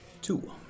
Two